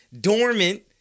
dormant